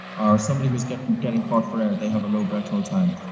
or somebody who's getting getting caught for air, they have a low breath-hold time.